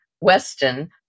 Weston